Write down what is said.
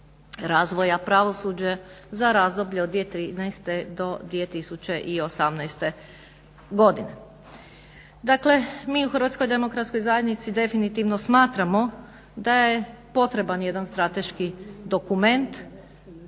razvoja pravosuđa za razdoblje od 2013. do 2018. godine. Dakle, mi u Hrvatskoj demokratskoj zajednici definitivno smatramo da je potreban jedan strateški dokument